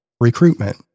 recruitment